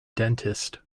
dentist